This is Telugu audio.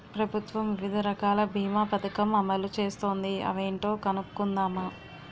ప్రభుత్వం వివిధ రకాల బీమా పదకం అమలు చేస్తోంది అవేంటో కనుక్కుందామా?